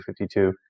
52